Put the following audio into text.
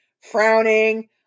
frowning